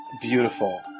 Beautiful